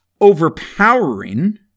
overpowering